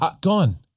gone